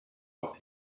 what